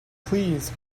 please